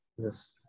Yes